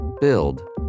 Build